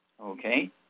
Okay